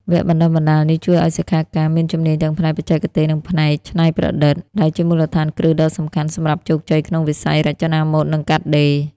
វគ្គបណ្តុះបណ្តាលនេះជួយឱ្យសិក្ខាកាមមានជំនាញទាំងផ្នែកបច្ចេកទេស និងផ្នែកច្នៃប្រឌិត ដែលជាមូលដ្ឋានគ្រឹះដ៏សំខាន់សម្រាប់ជោគជ័យក្នុងវិស័យរចនាម៉ូដ និងកាត់ដេរ។